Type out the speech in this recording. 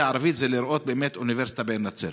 הערבית היא לראות באמת אוניברסיטה בנצרת.